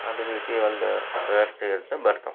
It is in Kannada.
ಅದೇ ರೀತಿ ಒಂದು ವ್ಯವಸ್ಥೆ ಇರ್ತೆ ಬರ್ತಾವೆ